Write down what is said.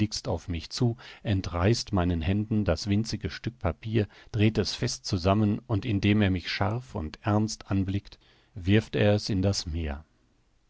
auf mich zu entreißt meinen händen das winzige stück papier dreht es fest zusammen und indem er mich scharf und ernst anblickt wirft er es in das meer